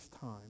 time